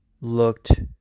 looked